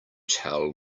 tell